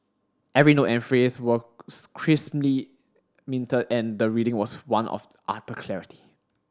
every note and phrase was crisply minted and the reading was one of utter clarity